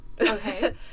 Okay